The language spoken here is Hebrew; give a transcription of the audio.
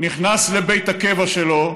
הוא נכנס לבית הקבע שלו,